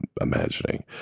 imagining